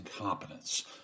incompetence